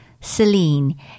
Celine